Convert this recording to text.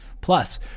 Plus